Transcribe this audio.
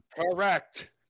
Correct